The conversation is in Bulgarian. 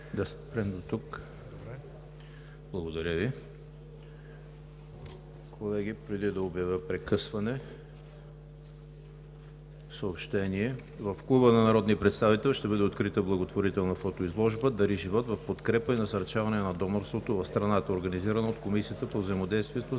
ЕМИЛ ХРИСТОВ: Колеги, преди да обявя прекъсване, ще Ви изчета следното съобщение: в Клуба на народния представител ще бъде открита благотворителна фотоизложба „Дари живот!” в подкрепа и насърчаване на донорството в страната, организирано от Комисията по взаимодействието